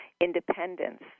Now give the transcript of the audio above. independence